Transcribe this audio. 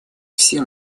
все